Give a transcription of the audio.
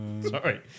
Sorry